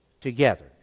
together